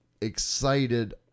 excited